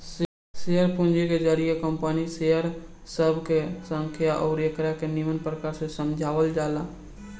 share पूंजी के जरिए कंपनी के शेयर सब के संख्या अउरी एकरा के निमन प्रकार से समझावल जाला